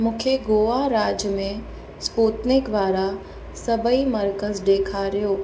मूंखे गोवा राज्य में स्पूतनिक वारा सभई मर्कज़ ॾेखारियो